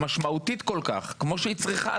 הסתתם ושיקרתם.